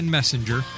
Messenger